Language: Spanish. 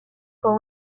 con